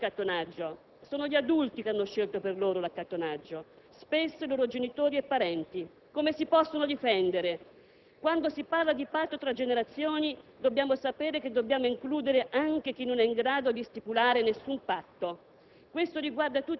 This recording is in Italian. non hanno scelto l'accattonaggio, sono gli adulti che lo hanno scelto per loro, spesso i loro genitori e parenti. Come si possono difendere? Quando si parla di patto tra generazioni, dobbiamo sapere che bisogna includere anche chi non è in grado di stipulare alcun patto.